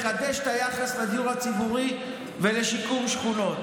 לחדש את היחס לדיור הציבורי ולשיקום שכונות.